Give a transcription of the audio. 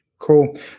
Cool